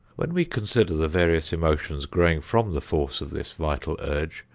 when we consider the various emotions growing from the force of this vital urge,